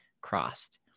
crossed